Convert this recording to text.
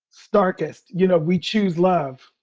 darkest, you know, we choose love